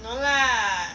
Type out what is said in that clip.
no lah